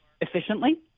efficiently